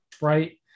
Right